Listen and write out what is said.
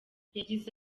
yagize